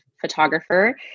photographer